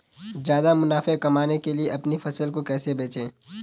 ज्यादा मुनाफा कमाने के लिए अपनी फसल को कैसे बेचें?